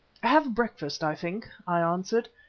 have breakfast, i think, i answered.